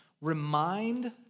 remind